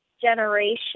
generation